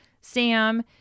Sam